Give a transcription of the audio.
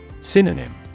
Synonym